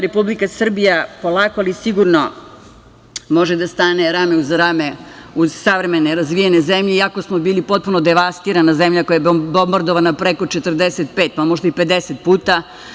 Republika Srbija, polako ali sigurno, može da stane rame uz rame uz savremene razvijene zemlje, iako smo bili potpuno devastirana zemlja, koja je bombardovana preko 45, pa možda i 50 puta.